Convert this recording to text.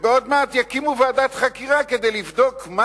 עוד מעט יקימו ועדת חקירה כדי לבדוק מה